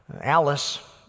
Alice